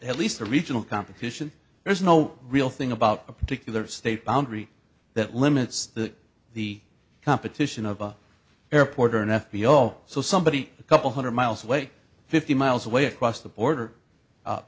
at least the regional competition there is no real thing about a particular state boundary that limits that the competition of the airport or an f b o so somebody a couple hundred miles away fifty miles away across the border